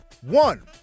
One